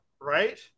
right